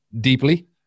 deeply